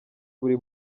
buri